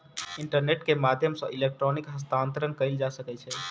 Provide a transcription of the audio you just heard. internet के माध्यम सॅ इलेक्ट्रॉनिक हस्तांतरण कयल जा सकै छै